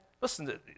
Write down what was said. listen